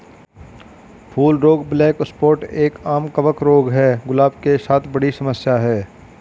फूल रोग black spot एक, आम कवक रोग है, गुलाब के साथ बड़ी समस्या है